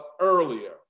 earlier